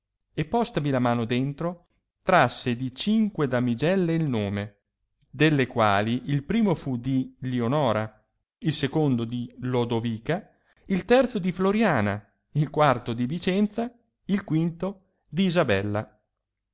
e postavi la mano dentro trasse di cinque damigelle il nome delle quali il primo fu di lionora il secondo di lodovica il terzo di floriana il quarto di vicenza il quinto d'isahella